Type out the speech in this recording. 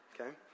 okay